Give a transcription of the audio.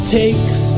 takes